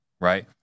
right